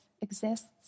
exists